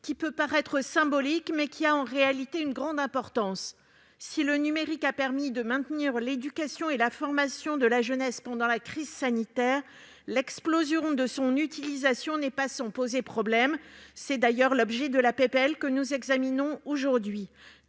qui peut paraître symbolique, mais qui a en réalité une grande importance. Si le numérique a permis de maintenir l'éducation et la formation de la jeunesse pendant la crise sanitaire, l'explosion de son utilisation n'est pas sans poser problème- c'est d'ailleurs l'objet de la proposition de loi que nous examinons aujourd'hui.